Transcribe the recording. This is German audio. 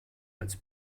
als